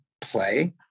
play